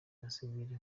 abasivile